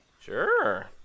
Sure